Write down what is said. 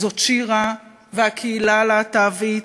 הוא שירה והקהילה הלהט"בית,